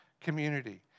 community